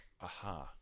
aha